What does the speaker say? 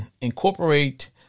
incorporate